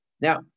Now